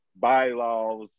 bylaws